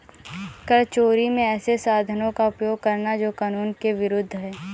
कर चोरी में ऐसे साधनों का उपयोग करना जो कानून के विरूद्ध है